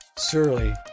Surely